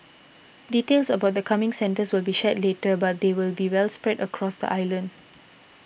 details about the coming centres will be shared later but they will be well spread out across the island